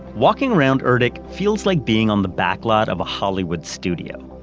walking around erdc feels like being on the backlot of a hollywood studio.